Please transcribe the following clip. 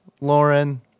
Lauren